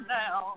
now